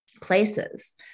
places